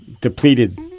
depleted